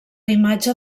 imatge